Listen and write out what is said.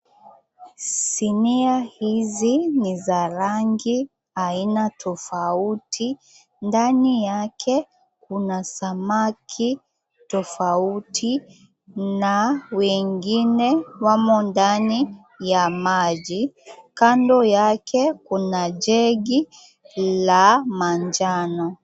Sinia hizi ni za rangi aina tofauti. Ndani yake kuna samaki tofauti na wengine wamo ndani ya maji. Kando yake kuna jegi la manjano.